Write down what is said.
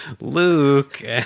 Luke